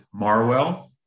Marwell